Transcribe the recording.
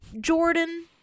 Jordan